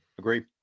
Agree